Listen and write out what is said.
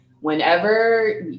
Whenever